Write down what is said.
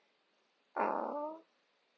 uh